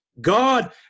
God